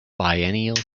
biennial